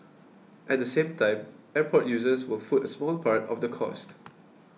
at the same time airport users will foot a small part of the cost